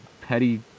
petty